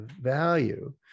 value